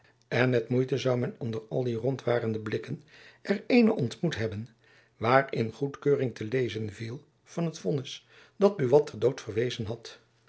en met moeite zoû men onder al die rondwarende blikken er eenen ontmoet hebben waarin goedkeuring te lezen jacob van lennep elizabeth musch viel van het vonnis dat buat ter dood verwezen had